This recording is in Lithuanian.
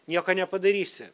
nieko nepadarysi